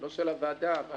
לא של הוועדה, אבל